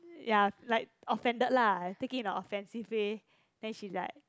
ya like offended lah take it in a offensive way then she like